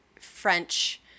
French